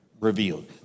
revealed